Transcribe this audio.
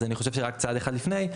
אז אני חושב שצעד אחד לפני,